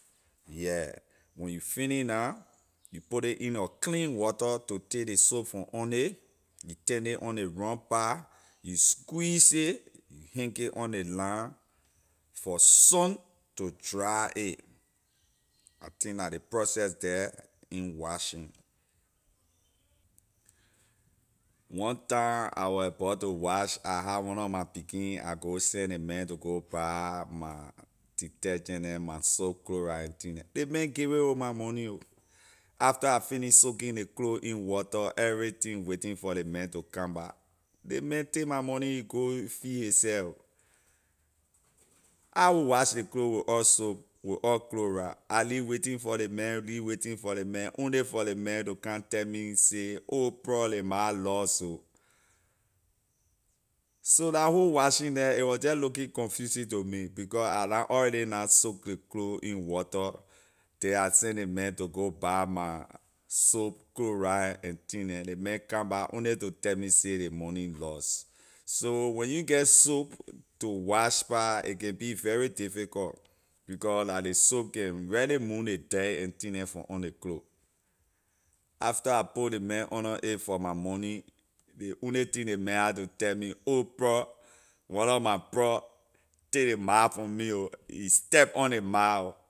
Yeah when you finish na you put ley in a clean water to take ley soap from on it you turn it on ley wrong part you squeeze it you hinky on the line for sun to dry a I think la ley process the in washing one time I was abor to wash I have one of my pekin I go send ley man to go buy my detergent neh my soap chloride and thing neh ley man give ray with my money ho after I finish soaking ley clothes in water everything waiting for ley man to come back ley man take my money he go feel his seh how I wash ley clothes without soap without chloride I lee waiting for ley man lee waiting for ley man only for ley man to kan tell me say oh pruh ley mar loss ho so la whole washing the it was jeh looking confusing to me becor I na already na soak ley clothes in water then I send ley man to go buy my soap chloride and thing neh ley man only to tell me say ley money loss so when you na get soap to wash pah a can be very difficult becor la ley soap can really moon ley dirt and thing neh from on ley clothes after I put ley man under a for my money ley only thing ley man had to tell me oh pruh one of my pruh take ley mar from me ho he step on ley mar ho